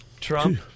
Trump